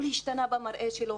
--- השתנה במראה שלו,